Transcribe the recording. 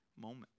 moment